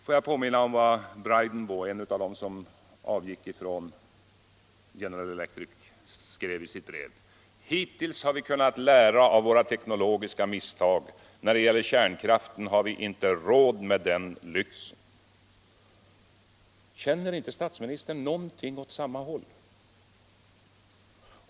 Får jag också påminna om vad Bridenbaugh — en av dem som avgick från General Electric skrev i sitt brev: ”Förut har vi kunnat lära från våra teknologiska misstag. Med kärnkraften har vi inte råd med den lyxen!” Känner inte statsministern någonting åt samma håll?